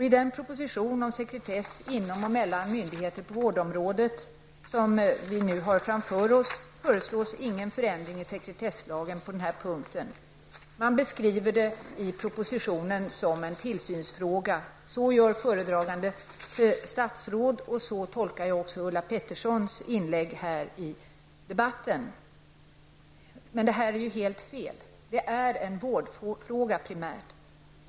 I den proposition om sekretess inom och mellan myndigheter på vårdområdet som vi nu har framför oss finns det inget förslag om en förändring av sekretesslagen på den punkten. I propositionen beskrivs detta som en tillsynsfråga. Det är vad det föredragande statsrådet gör, och så tolkar jag också Ulla Petterssons inlägg i debatten här i dag. Men det är helt fel. Den här frågan är primärt en vårdfråga.